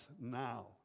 now